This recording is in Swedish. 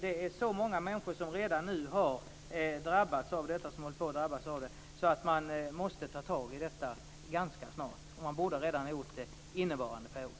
Det är så många människor som redan nu har drabbats av detta, och som håller på att drabbas, att man måste ta itu med detta ganska snart. Man borde redan ha gjort det innevarande period.